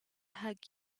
hug